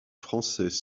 français